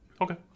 Okay